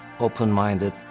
Open-minded